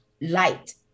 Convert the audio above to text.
light